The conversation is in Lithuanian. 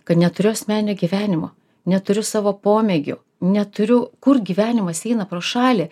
kad neturiu asmeninio gyvenimo neturiu savo pomėgių neturiu kur gyvenimas eina pro šalį